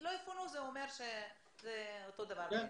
זה אותו דבר בעיני.